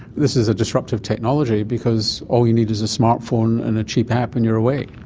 this is a disruptive technology because all you need is a smart phone and a cheap app and you're away.